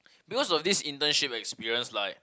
because of this internship experience like